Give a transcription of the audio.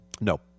No